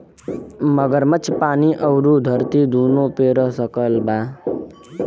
मगरमच्छ पानी अउरी धरती दूनो पे रह सकत बा